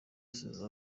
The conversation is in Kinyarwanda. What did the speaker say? asize